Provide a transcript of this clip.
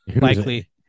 Likely